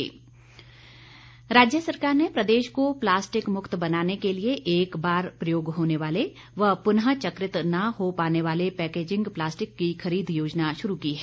सुझाव राज्य सरकार ने प्रदेश को प्लास्टिक मुक्त बनाने के लिए एक बार प्रयोग होने वाले व पुनः चक्रित न हो पाने वाले पैकेजिंग प्लास्टिक की खरीद योजना शुरू की है